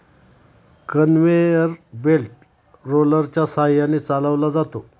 conveyor belt रोलरच्या सहाय्याने चालवला जातो